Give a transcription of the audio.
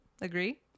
Agree